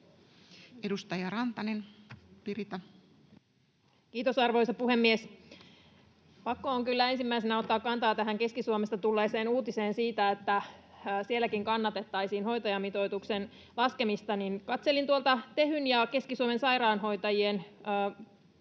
10:55 Content: Kiitos, arvoisa puhemies! Pakko on kyllä ensimmäisenä ottaa kantaa tähän Keski-Suomesta tulleeseen uutiseen siitä, että sielläkin kannatettaisiin hoitajamitoituksen laskemista. Katselin tuolta Tehyn ja Keski-Suomen sairaanhoitajien kommentit